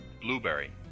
blueberry